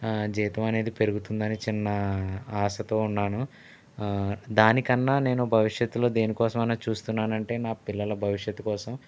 జీతం అనేది పెరుగుతుందని చిన్న ఆశతో ఉన్నాను దానికన్నా నేను భవిష్యత్తులో దేనికోసం అని చూస్తున్నానంటే నా పిల్లల భవిష్యత్తు కోసం